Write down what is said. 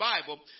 Bible